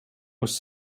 was